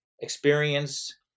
experience